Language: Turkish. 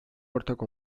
ortak